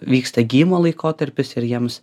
vyksta gijimo laikotarpis ir jiems